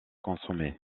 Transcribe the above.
consommés